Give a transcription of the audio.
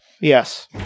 Yes